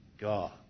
God